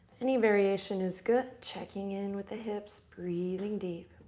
any variation is good. checking in with the hips. breathing deep.